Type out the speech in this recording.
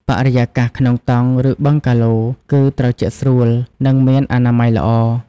បរិយាកាសក្នុងតង់ ឬបឹងកាឡូ គឺត្រជាក់ស្រួល និងមានអនាម័យល្អ។